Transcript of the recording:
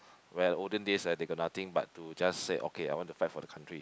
well olden days ah they got nothing but to just say okay I want to fight for the country